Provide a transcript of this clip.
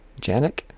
Janek